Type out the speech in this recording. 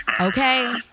okay